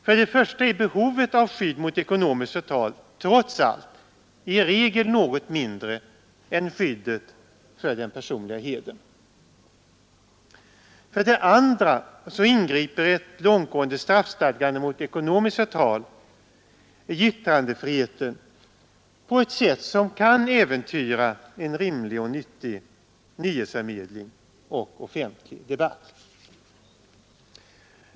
För det första är behovet av skydd mot ekonomiskt förtal trots allt i regel något mindre än skyddet för den personliga hedern. För det andra ingriper ett långtgående straffstadgande mot ekonomiskt förtal i yttrandefriheten på ett sätt som kan äventyra rimlig och nyttig nyhetsförmedling och offentlig debatt.